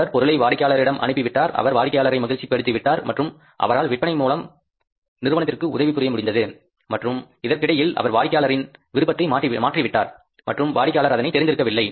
அவர் பொருளை வாடிக்கையாளரிடம் அனுப்பிவிட்டார் அவர் வாடிக்கையாளரை மகிழ்ச்சி படுத்திவிட்டார் மற்றும் அவரால் விற்பனையின் மூலம் நிறுவனத்திற்கு உதவி புரிய முடிந்தது மற்றும் இதற்கிடையில் அவர் வாடிக்கையாளரின் விருப்பத்தை மாற்றிவிட்டார் மற்றும் வாடிக்கையாளர் அதனை தெரிந்திருக்கவில்லை